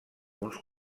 uns